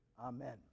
amen